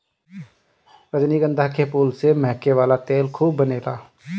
रजनीगंधा के फूल से महके वाला तेल खूब बनेला